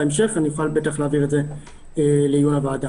בהמשך בוודאי אוכל להעביר את זה לעיון הוועדה.